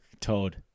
Toad